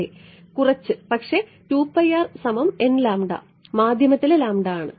അതെ കുറച്ച് പക്ഷേ മാധ്യമത്തിലെ ആണ്